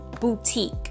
boutique